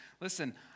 Listen